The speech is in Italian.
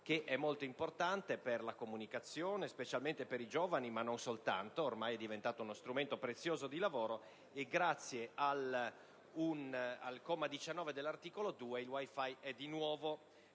che è molto importante per la comunicazione, specialmente per i giovani, ma non soltanto: ormai è diventato uno strumento prezioso di lavoro. Grazie al comma 19 dell'articolo 2, il *WiFi* è di nuovo libero